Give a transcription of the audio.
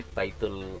title